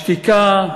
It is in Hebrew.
השתיקה,